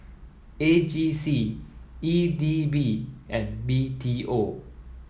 A G C E D B and B T O